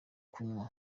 kunywa